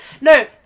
No